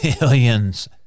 millions